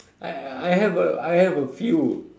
I I have a I have a few